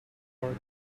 car